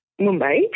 Mumbai